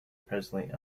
presently